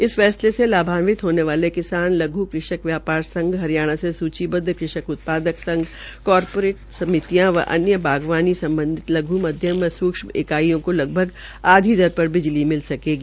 इस फैसले से लाभान्वित होने वाले किसान लघ् कृष्क व्यापार संघ हरियाणा से सूचिबद्ध कृष्क उत्पादक संघ कॉपरेटिव समितियां व अन्य बागवानी संबंधित लघू मध्यम एवं सूक्ष्म इकाईयां को लगभग आधी दर पर बिजली उपलब्ध होगी